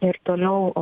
ir toliau